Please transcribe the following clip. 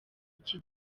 iki